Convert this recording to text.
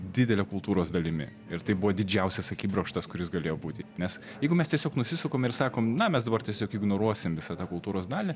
didele kultūros dalimi ir tai buvo didžiausias akibrokštas kuris galėjo būti nes jeigu mes tiesiog nusisukam ir sakom na mes dabar tiesiog ignoruosim visą tą kultūros dalį